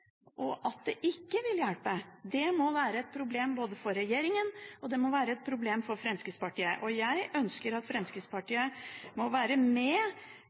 og at det ikke vil hjelpe. Det må være et problem både for regjeringen og for Fremskrittspartiet. Jeg ønsker at Fremskrittspartiet er med,